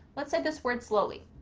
let's say this word slowly,